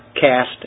cast